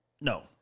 No